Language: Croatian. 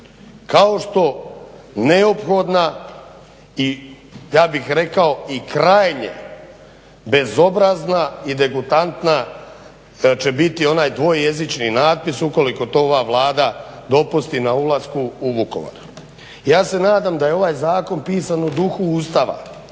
kao što neophodna i ja bih rekao i krajnje bezobrazna i degutantna će biti onaj dvojezični natpis ukoliko to ova Vlada dopusti na ulasku u Vukovar. Ja se nadam da je ovaj zakon pisan u duhu Ustava,